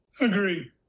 Agree